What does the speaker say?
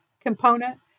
component